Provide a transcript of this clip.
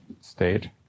state